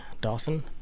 Dawson